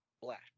black